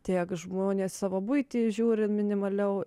tiek žmonės savo buitį žiūri minimaliau